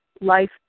life